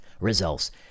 results